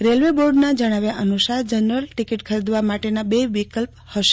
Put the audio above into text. railway બોર્ડના જણાવ્યા અનુસાર જનરલ ટિકિટ ખરીદવા માટેના બે વિકલ્પ હશે